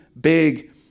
big